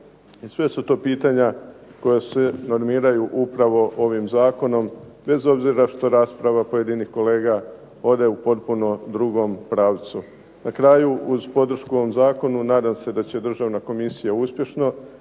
sve su to pitanja koja se formiraju upravo ovim zakonom bez obzira što rasprava pojedinih kolega ode u potpuno drugom pravcu. Na kraju, uz podršku ovom zakonu nadam se da će državna komisija uspješno